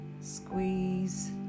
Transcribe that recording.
squeeze